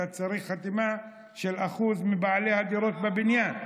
אתה צריך חתימה של אחוז מבעלי הדירות בעניין.